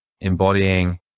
embodying